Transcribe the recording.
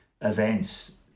events